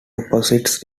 opposite